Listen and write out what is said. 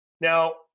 Now